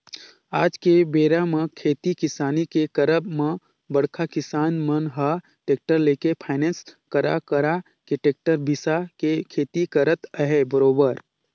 आज के बेरा म खेती किसानी के करब म बड़का किसान मन ह टेक्टर लेके फायनेंस करा करा के टेक्टर बिसा के खेती करत अहे बरोबर